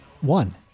One